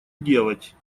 делать